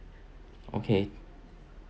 okay